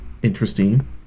Interesting